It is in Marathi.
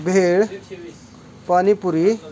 भेळ पाणीपुरी